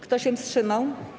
Kto się wstrzymał?